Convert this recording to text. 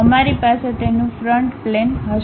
અમારી પાસે તેનું ફ્રન્ટ પ્લેન હશે